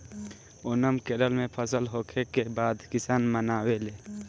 ओनम केरल में फसल होखे के बाद किसान मनावेले